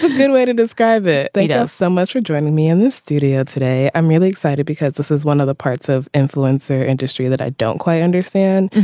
good way to describe it they does so much for joining me in the studio today. i'm really excited because this is one of the parts of influencer industry that i don't quite understand.